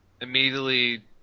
immediately